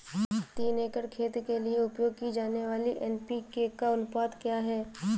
तीन एकड़ खेत के लिए उपयोग की जाने वाली एन.पी.के का अनुपात क्या है?